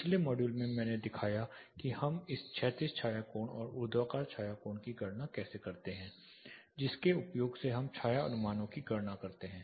पिछले मॉड्यूल में मैंने दिखाया कि हम इस क्षैतिज छाया कोण और ऊर्ध्वाधर छाया कोण की गणना कैसे करते हैं जिसके उपयोग से हम छाया अनुमानों की गणना करते हैं